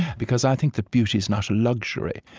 because i think that beauty is not a luxury,